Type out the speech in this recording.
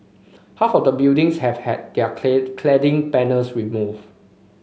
half of the buildings have had their clad cladding panels removed